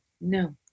No